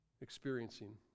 experiencing